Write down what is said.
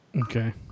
Okay